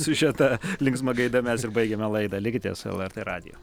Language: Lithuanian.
siužetą linksma gaida mes ir baigiame likite su lrt radiju